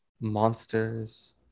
Monsters